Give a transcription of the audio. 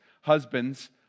Husbands